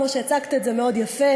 כמו שהצגת את זה מאוד יפה,